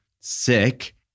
sick